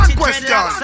question